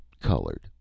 colored